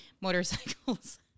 motorcycles